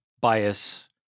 bias